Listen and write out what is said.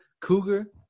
cougar